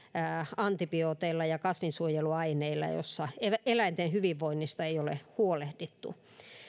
antibiooteilla ja kasvinsuojeluaineilla ja jonka tuotannossa eläinten hyvinvoinnista ei ole huolehdittu